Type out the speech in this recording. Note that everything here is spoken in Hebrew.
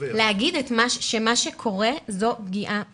להגיד שמה שקורה זו פגיעה מינית.